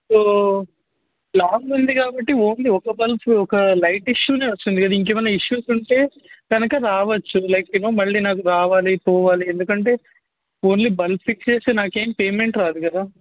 so long ఉంది కాబట్టి only ఒక బల్బ్ ఒక లైట్ ఇష్యూ వస్తుంది కదా ఇంకా ఏమైనా ఇష్యూస్ ఉంటే కనుక రావచ్చు లైక్ యూ నో మళ్ళీ నాకు రావాలి పోవాలి ఎందుకంటే ఓన్లీ బల్ఫ్ ఫిక్స్ చేస్తే నాకు ఏమి పేమెంట్ రాదు కదా